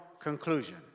conclusion